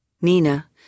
Nina